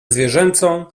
zwierzęcą